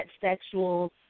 sexual